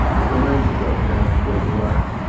the night shut down so black,